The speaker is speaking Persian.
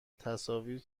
تصاویر